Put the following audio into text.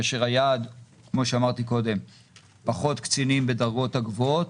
כאשר היעד הוא פחות קצינים בדרגות הגבוהות